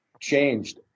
changed